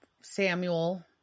Samuel